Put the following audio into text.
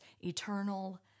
eternal